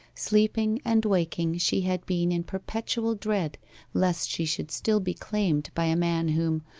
sleeping and waking she had been in perpetual dread lest she should still be claimed by a man whom,